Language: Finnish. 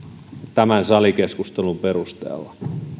tämän salikeskustelun perusteella